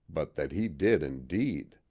but that he did indeed.